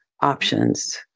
options